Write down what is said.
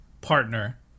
partner